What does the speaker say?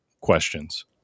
questions